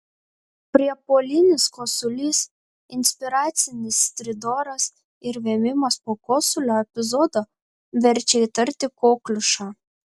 priepuolinis kosulys inspiracinis stridoras ir vėmimas po kosulio epizodo verčia įtarti kokliušą